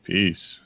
Peace